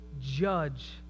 judge